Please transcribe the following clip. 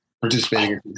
participating